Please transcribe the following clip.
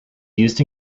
used